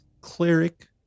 Cleric